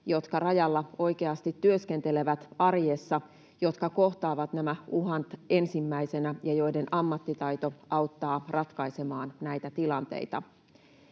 jotka rajalla oikeasti työskentelevät arjessa, jotka kohtaavat nämä uhat ensimmäisenä ja joiden ammattitaito auttaa ratkaisemaan näitä tilanteita.